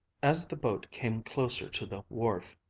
as the boat came closer to the wharf,